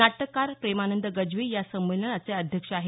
नाटककार प्रेमानंद गज्वी या संमेलनाचे अध्यक्ष आहेत